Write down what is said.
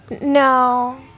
No